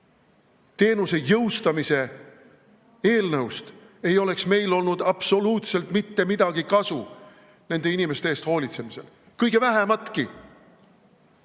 teenuse jõustamise eelnõust ei oleks meil olnud absoluutselt mitte midagi kasu nende inimeste eest hoolitsemisel. Kõige vähematki!